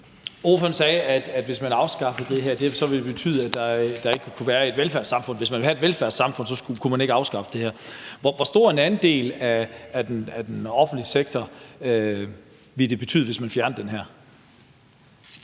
Ordføreren sagde, at hvis man afskaffede det her, ville det betyde, at der ikke kunne være et velfærdssamfund, altså, hvis man vil have et velfærdssamfund, kunne man ikke afskaffe det her. Hvor stor en andel af den offentlige sektor ville det have betydning for, hvis man fjernede den her?